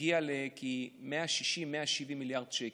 מגיע לכ-160,170 מיליארד שקל.